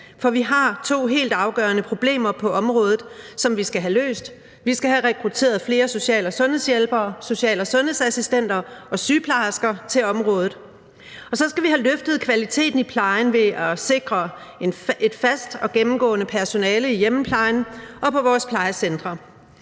for vi har to helt afgørende problemer på området, som vi skal have løst. Vi skal have rekrutteret flere social- og sundhedshjælpere, social- og sundhedsassistenter og sygeplejersker til området. Og så skal vi have løftet kvaliteten i plejen ved at sikre en fast og gennemgående personale i hjemmeplejen og på vores plejecentre.